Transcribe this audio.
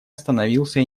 остановился